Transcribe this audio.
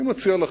אני מציע לכם,